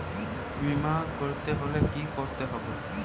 বিমা করতে হলে কি করতে হবে?